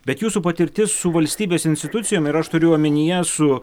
bet jūsų patirtis su valstybės institucijom ir aš turiu omenyje su